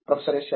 professor S